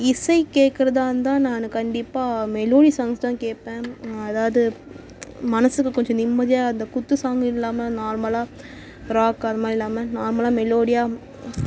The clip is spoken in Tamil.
இசை கேட்குறதா இருந்தால் நான் கண்டிப்பாக மெலோடி சாங்ஸ் தான் கேட்பேன் நான் அதாவது மனதுக்கு கொஞ்சம் நிம்மதியாக அந்த குத்து சாங்கு இல்லாமல் நார்மலாக ராக் அது மாதிரி இல்லாமல் நார்மலாக மெலோடியாக